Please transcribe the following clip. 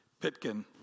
Pitkin